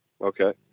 Okay